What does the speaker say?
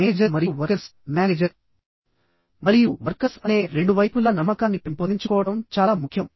manager మరియు workers manager మరియు workers అనే రెండు వైపులా నమ్మకాన్ని పెంపొందించుకోవడం చాలా ముఖ్యం